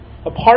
Apart